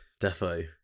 defo